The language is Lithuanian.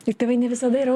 ir tėvai ne visada yra